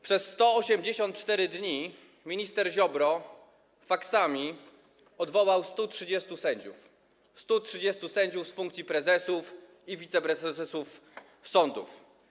Przez 184 dni minister Ziobro faksami odwołał 130 sędziów - 130 sędziów - z funkcji prezesów i wiceprezesów sądów.